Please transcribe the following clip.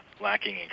lacking